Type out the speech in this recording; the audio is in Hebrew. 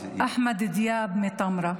אחמד ד'יאב מטמרה.